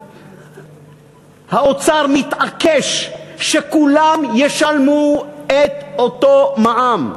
האוצר מתעקש שכולם ישלמו את אותו מע"מ.